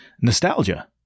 nostalgia